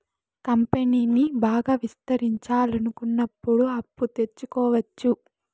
కంపెనీని బాగా విస్తరించాలనుకున్నప్పుడు అప్పు తెచ్చుకోవచ్చు